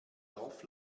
dorf